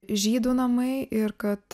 žydų namai ir kad